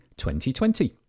2020